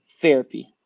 therapy